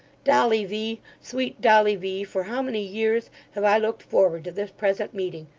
dolly v, sweet dolly v, for how many years have i looked forward to this present meeting!